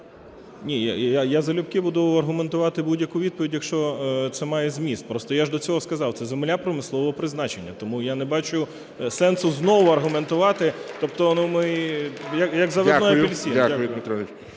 Ні, я залюбки буду аргументувати будь-яку відповідь, якщо це має зміст. Просто я ж до цього сказав, це земля промислового призначення, тому я не бачу сенсу знову аргументувати, тобто ми як "заводной